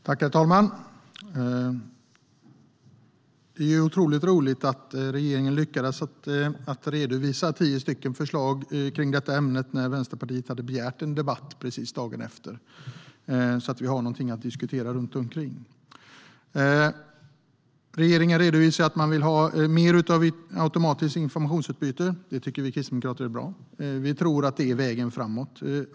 Herr talman! Det är otroligt roligt att regeringen lyckades redovisa tio förslag om detta ämne när Vänsterpartiet hade begärt en debatt precis dagen efter, så att vi har något att diskutera kring. Regeringen redovisar att den vill ha mer automatiskt informationsutbyte. Det tycker vi kristdemokrater är bra. Vi tror att det är vägen framåt.